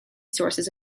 sources